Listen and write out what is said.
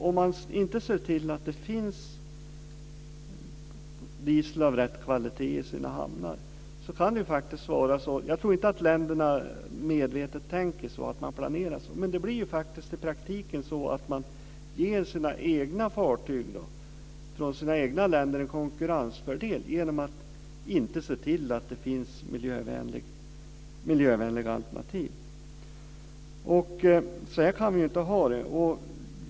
Om man inte ser till att det finns diesel av rätt kvalitet i hamnarna får de egna fartygen en konkurrensfördel. Jag tror inte att länderna medvetet planerar det. Men det blir så i praktiken, att fartygen i de egna länderna får en konkurrensfördel genom att man inte ser till att det finns miljövänliga alternativ. Så här kan vi inte ha det.